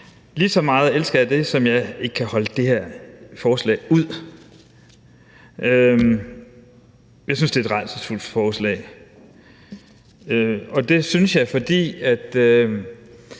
Lige så meget elsker jeg det, som jeg ikke kan holde det her forslag ud. Jeg synes, det er et rædselsfuldt forslag. Det synes jeg, fordi